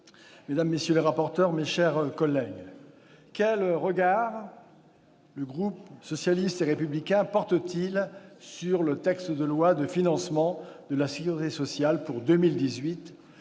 mesdames, messieurs les rapporteurs, mes chers collègues, quel regard le groupe socialiste et républicain porte-t-il sur le projet de loi de financement de la sécurité sociale pour 2018,